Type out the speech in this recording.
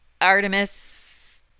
Artemis